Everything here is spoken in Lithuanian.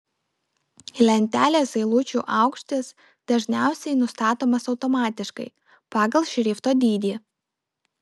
lentelės eilučių aukštis dažniausiai nustatomas automatiškai pagal šrifto dydį